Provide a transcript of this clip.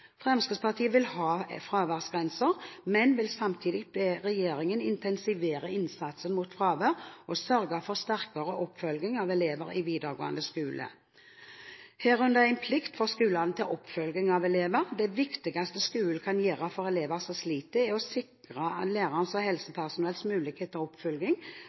Fremskrittspartiet vil ha fraværsgrenser, men vil samtidig be regjeringen intensivere innsatsen mot fravær og sørge for sterkere oppfølging av elever i videregående opplæring – herunder en plikt for skolene til oppfølging av elever. Det viktigste skolen kan gjøre for elever som sliter, er å sikre lærernes og helsepersonells mulighet til oppfølging